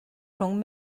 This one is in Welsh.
rhwng